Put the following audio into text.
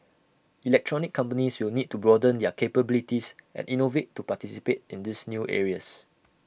electronics companies will need to broaden their capabilities and innovate to participate in these new areas